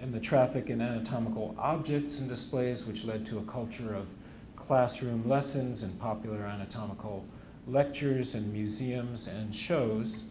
and the traffic in anatomical objects and displays which led to a culture of classroom lessons and popular anatomical lectures and museums and shows